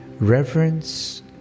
Reverence